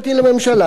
מייק בלס,